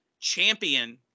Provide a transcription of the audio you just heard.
champion